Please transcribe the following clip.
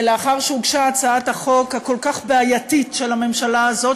לאחר שהוגשה הצעת החוק הכל-כך בעייתית של הממשלה הזאת,